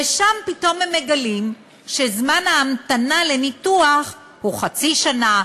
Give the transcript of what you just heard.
ושם פתאום הם מגלים שזמן ההמתנה לניתוח הוא חצי שנה,